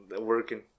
Working